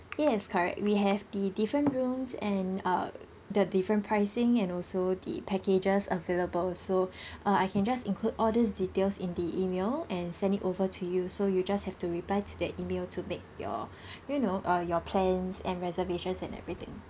yes correct we have the different rooms and uh the different pricing and also the packages available so uh I can just include all these details in the email and send it over to you so you just have to reply to that email to make your you know uh your plans and reservations and everything